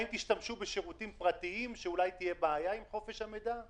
האם תשתמשו בשירותים פרטיים שאולי תהיה בעיה עם חופש המידע,